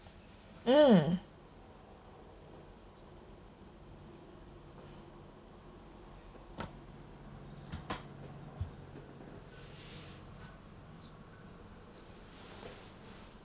mm